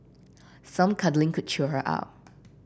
some cuddling could cheer her up